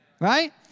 Right